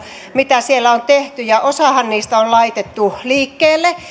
mitä siellä on tehty ja osahan niistä on laitettu liikkeelle